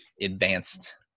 advanced